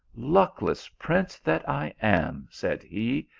luckless prince that i am! said he,